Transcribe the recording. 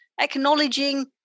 acknowledging